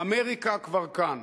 אמריקה כבר כאן.